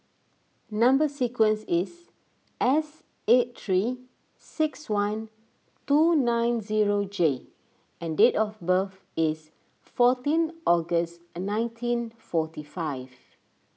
Number Sequence is S eight three six one two nine zero J and date of birth is fourteen August and nineteen forty five